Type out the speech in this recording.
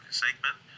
segment